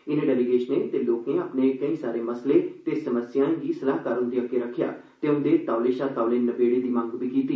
इनें डेलीगेशनें ते लोकें अपने केईं सारे मसले ते समस्यां गी सलाहकार हुंदे अग्गे रक्खेआ ते उंदे तौले शा तौले नबेड़े दी मंग बी कीती